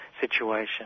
situation